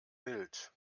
bild